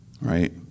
right